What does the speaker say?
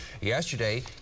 Yesterday